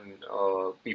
people